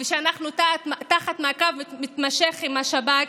ושאנחנו תחת מעקב מתמשך של השב"כ,